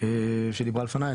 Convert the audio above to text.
שדיברה לפני.